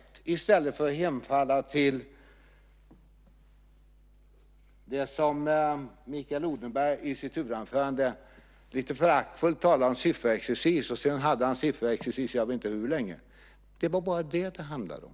Jag gjorde det i stället för att hemfalla till det som Mikael Odenberg i sitt huvudanförande lite föraktfullt kallar för sifferexercis. Sedan hade han sifferexercis jag vet inte hur länge. Det var bara det som det handlade om.